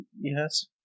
Yes